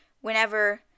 whenever